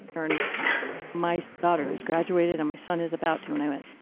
and my daughter has graduated, and my son is about to. and i went,